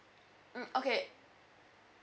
mm okay